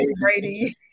Brady